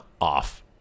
off